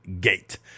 gate